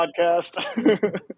podcast